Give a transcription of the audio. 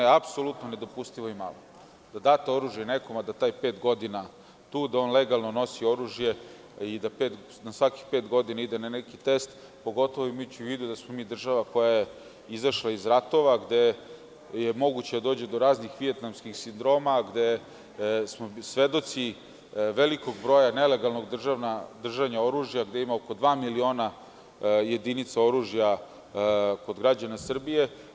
To je apsolutno nedopustivo i malo da date oružje nekom, a da taj pet godina legalno nosi oružje i da na svakih pet godina ide na neki test, pogotovo imajući u vidu da smo država koja je izašla iz ratova, gde je moguće da dođe do raznih vijetnamskih sindroma, gde smo svedoci velikog broja nelegalnog držanja oružja, gde ima oko dva miliona jedinica oružja kod građana Srbije.